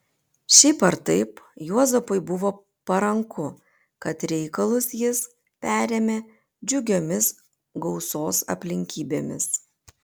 šiaip ar taip juozapui buvo paranku kad reikalus jis perėmė džiugiomis gausos aplinkybėmis